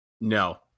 No